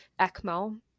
ECMO